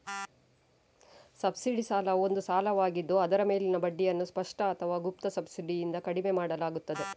subsidy ಸಾಲವು ಒಂದು ಸಾಲವಾಗಿದ್ದು ಅದರ ಮೇಲಿನ ಬಡ್ಡಿಯನ್ನು ಸ್ಪಷ್ಟ ಅಥವಾ ಗುಪ್ತ ಸಬ್ಸಿಡಿಯಿಂದ ಕಡಿಮೆ ಮಾಡಲಾಗುತ್ತದೆ